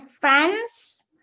friends